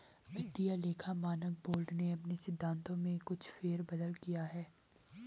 वित्तीय लेखा मानक बोर्ड ने अपने सिद्धांतों में कुछ फेर बदल किया है